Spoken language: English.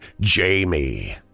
Jamie